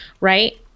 right